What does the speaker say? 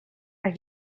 are